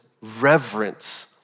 reverence